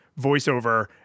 voiceover